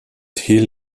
hill